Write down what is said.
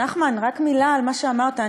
נחמן, רק מילה על מה שאמרת.